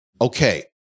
Okay